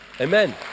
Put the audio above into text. Amen